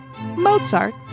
Mozart